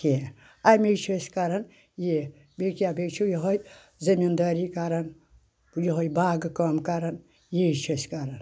کینٛہہ اَمے چھِ أسۍ کران یہِ بیٚیہِ کیٛاہ بیٚیہِ چھُ یِہوے زٔمیٖندٲری کرن یِہوے باغہٕ کٲم کران یی چھِ أسۍ کران